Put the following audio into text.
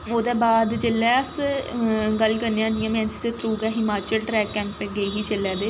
ओह्दे बाद जेल्लै अस गल्ल करने आं जि'यां में इस दे थ्रू गै हिमाचल ट्रैक कैंप पर गेई ही जेल्लै ते